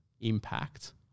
impact